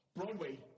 broadway